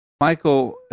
Michael